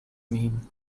mean